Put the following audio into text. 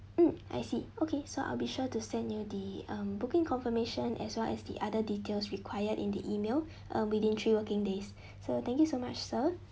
hmm I see okay so I'll be sure to send you the um booking confirmation as well as the other details required in the email um within three working days sir thank you so much sir